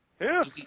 Yes